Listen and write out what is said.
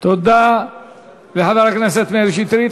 תודה לחבר הכנסת מאיר שטרית.